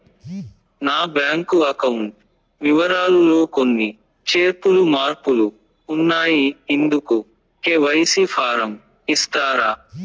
నా bank account వివరాలు లో కొన్ని చేర్పులు మార్పులు ఉన్నాయి, ఇందుకు కె.వై.సి ఫారం ఇస్తారా?